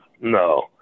no